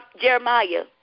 Jeremiah